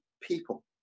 people